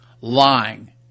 Lying